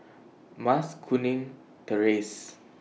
Mas Kuning Terrace